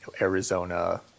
Arizona